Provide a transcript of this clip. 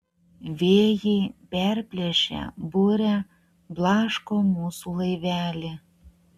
vėjai perplėšę burę blaško mūsų laivelį